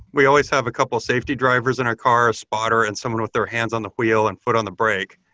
we always have a couple safety drivers in our car, a spotter and someone with their hands on the wheel and foot on the break.